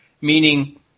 meaning